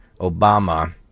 Obama